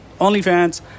OnlyFans